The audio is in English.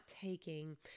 taking